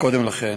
קודם לכן,